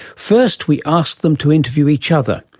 first we asked them to interview each other,